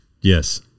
Yes